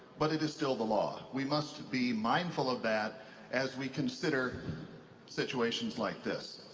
but it is still the law. we must be mindful of that as we consider situations like this.